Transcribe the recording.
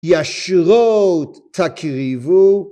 ישירות תקריבו